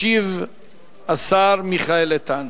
ישיב השר מיכאל איתן.